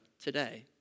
today